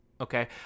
Okay